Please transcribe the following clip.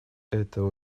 это